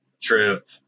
trip